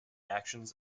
actions